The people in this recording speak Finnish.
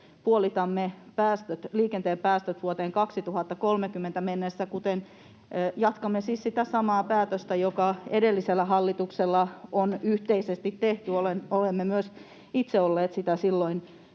puolitamme liikenteen päästöt vuoteen 2030 mennessä. Jatkamme siis sitä samaa päätöstä, joka edellisellä hallituksella on yhteisesti tehty. Olemme myös itse olleet sitä silloin